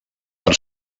per